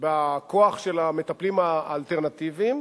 בכוח של המטפלים האלטרנטיביים,